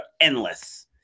endless